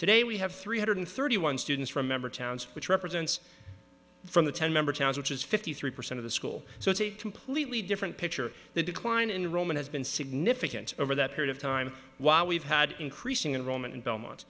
today we have three hundred thirty one students from member towns which represents from the ten member towns which is fifty three percent of the school so it's a completely different picture the decline in roman has been significant over that period of time while we've had increasing involvement in belmont